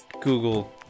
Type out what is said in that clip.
google